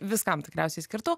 viskam tikriausiai skirtų